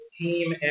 team